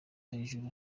hejuru